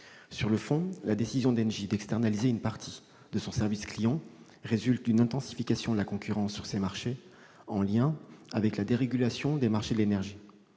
Sur le fond, la décision d'Engie d'externaliser une partie de son « service clients » résulte d'une intensification de la concurrence sur ces marchés, en lien avec la dérégulation des marchés de l'énergie.